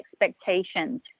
expectations